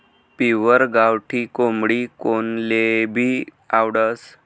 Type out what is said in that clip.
pure गावठी कोंबडी कोनलेभी आवडस